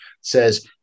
says